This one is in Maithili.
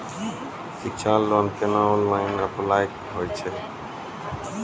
शिक्षा लोन केना ऑनलाइन अप्लाय होय छै?